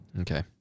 Okay